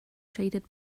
shaded